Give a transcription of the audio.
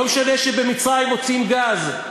לא משנה שבמצרים מוצאים גז,